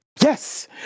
Yes